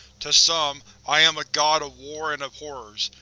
to some, i am a god of war and of horrors.